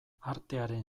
artearen